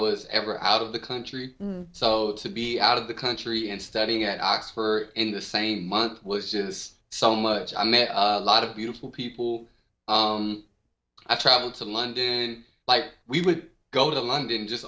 was ever out of the country so to be out of the country and studying at oxford in the same month was just so much i met a lot of beautiful people i travel to london and like we would go to london just